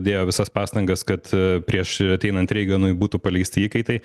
dėjo visas pastangas kad prieš ateinant reiganui būtų paleisti įkaitai